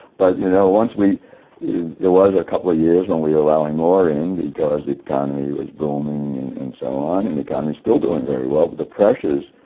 but you know once we there was a couple years when we were allowing more in because the economy was booming and and so on, and the economy's still doing very well, but the pressures